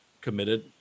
committed